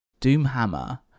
Doomhammer